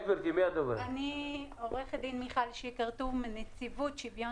שמי מיכל שיק הר טוב מנציבות שוויון